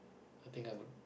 I think I would